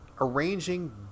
arranging